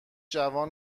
جوان